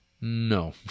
No